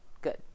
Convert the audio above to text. Good